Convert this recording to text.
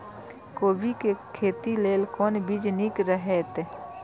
कोबी के खेती लेल कोन बीज निक रहैत?